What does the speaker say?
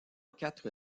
quatre